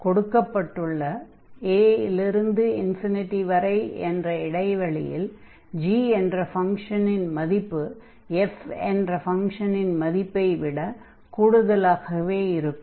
கொடுக்கப்பட்ட a இல் இருந்து வரை என்ற இடைவெளியில் g என்ற ஃபங்ஷனின் மதிப்பு f என்ற ஃபங்ஷனின் மதிப்பை விட கூடுதலாகவே இருக்கும்